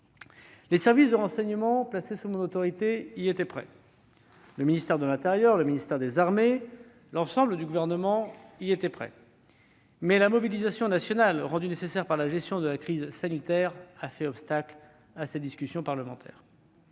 Les services de renseignement placés sous mon autorité y étaient prêts. Le ministère de l'intérieur, le ministère des armées et l'ensemble des membres du Gouvernement y étaient prêts. Mais la mobilisation nationale rendue nécessaire par la gestion de la crise sanitaire a fait obstacle à cette discussion parlementaire.